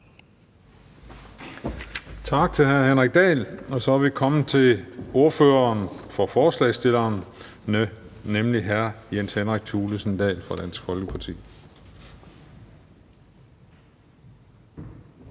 Tak til hr. Henrik Dahl, og så er vi kommet til ordføreren for forslagsstillerne, nemlig hr. Jens Henrik Thulesen Dahl fra Dansk Folkeparti.